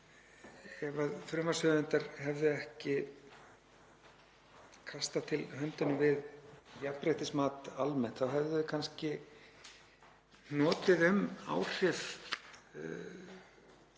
ef frumvarpshöfundar hefðu ekki kastað til höndunum við jafnréttismat almennt þá hefðu þeir kannski hnotið um áhrif